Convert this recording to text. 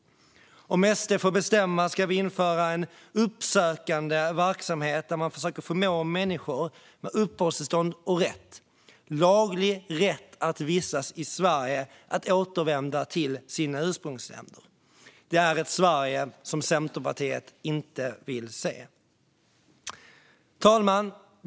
Om SD får bestämma ska vi införa en uppsökande verksamhet där man försöker förmå människor med uppehållstillstånd och laglig rätt att vistas i Sverige att återvända till sina ursprungsländer. Det är ett Sverige som Centerpartiet inte vill se. Fru talman!